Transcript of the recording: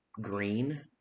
green